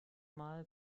mal